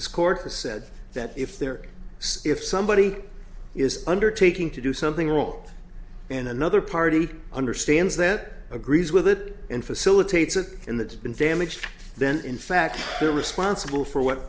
has said that if there if somebody is undertaking to do something wrong in another party understands that agrees with it and facilitates it and that's been damaged then in fact they're responsible for what